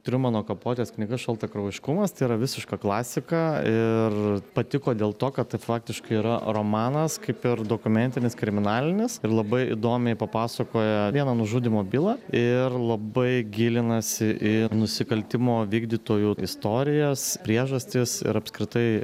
triumano kapotės knyga šaltakraujiškumas tai yra visiška klasika ir patiko dėl to kad tai faktiškai yra romanas kaip ir dokumentinis kriminalinis ir labai įdomiai papasakoja vieną nužudymo bylą ir labai gilinasi į nusikaltimo vykdytojų istorijas priežastis ir apskritai